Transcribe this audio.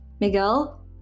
Miguel